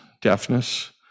deafness